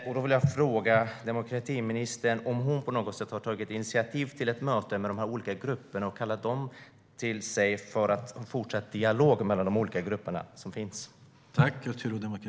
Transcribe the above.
Jag vill fråga demokratiministern om hon på något sätt har tagit initiativ till ett möte med de grupper som finns och kallat dem till sig för en fortsatt dialog mellan de olika grupperna.